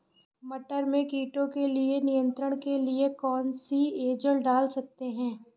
मटर में कीटों के नियंत्रण के लिए कौन सी एजल डाल सकते हैं?